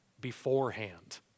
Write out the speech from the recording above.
beforehand